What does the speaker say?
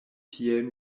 tiel